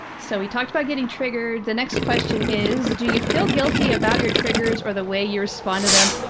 so we talked about getting triggered. the next question is, do you feel guilty about your triggers or the way you respond to them?